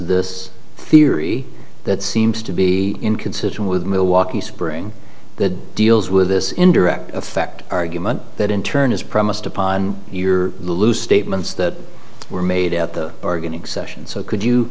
this theory that seems to be inconsistent with milwaukee spring that deals with this indirect effect argument that in turn is premised upon your statements that were made at the bargaining sessions so could you